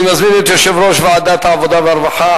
אני מזמין את יושב-ראש ועדת העבודה והרווחה,